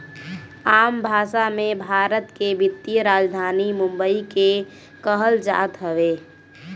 आम भासा मे, भारत के वित्तीय राजधानी बम्बई के कहल जात हवे